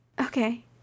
Okay